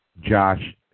Josh